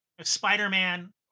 Spider-Man